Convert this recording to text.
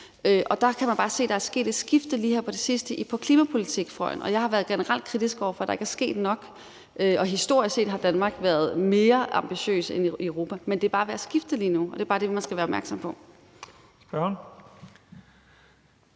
Og der kan man bare se, at der sket et skifte lige her på det sidste på klimapolitikfronten, og jeg har generelt været kritisk over for, at der ikke er sket nok, og historisk set har Danmark været mere ambitiøs, end man har været i Europa, men det er bare ved at skifte lige nu, og det er bare det, man skal være opmærksom på.